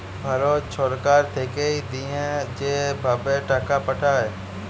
ভারত ছরকার থ্যাইকে দিঁয়া যে ভাবে টাকা পাঠায়